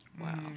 Wow